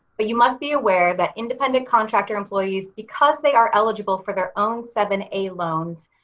but you must be aware that independent contractor employees, because they are eligible for their own seven a loans,